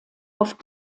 auf